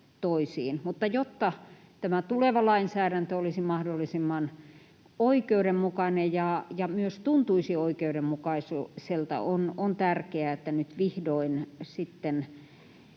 tämä tuleva lainsäädäntö olisi mahdollisimman oikeudenmukainen ja myös tuntuisi oikeudenmukaiselta, on tärkeää, että nyt vihdoin